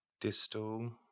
Distal